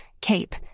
Cape